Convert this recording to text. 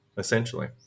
essentially